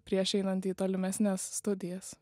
prieš einant į tolimesnes studijas